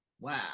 Wow